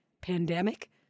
Pandemic